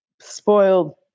spoiled